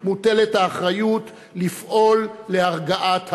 מוטלת האחריות לפעול להרגעת הרוחות,